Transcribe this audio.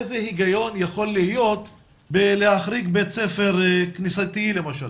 איזה היגיון יכול להיות בלהחריג בית ספר כנסייתי למשל,